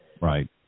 Right